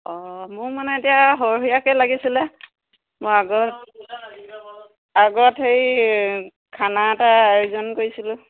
অঁ মোৰ মানে এতিয়া সৰহীয়াকৈ লাগিছিলে মই আগৰ আগত সেই খানা এটা আয়োজন কৰিছিলোঁ